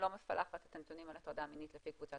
לא מפלחת את הנתונים על הטרדה מינית לפי קבוצת